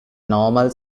normal